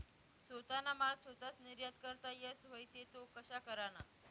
सोताना माल सोताच निर्यात करता येस व्हई ते तो कशा कराना?